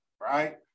right